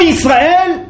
Israel